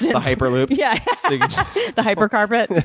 the yeah hyper loop. yeah the hyper carpet.